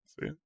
See